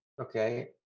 Okay